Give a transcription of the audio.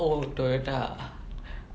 oh toyota ah